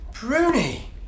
Bruni